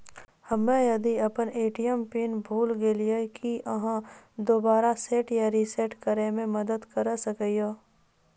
हम्मे यदि अपन ए.टी.एम पिन भूल गलियै, की आहाँ दोबारा सेट या रिसेट करैमे मदद करऽ सकलियै?